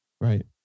Right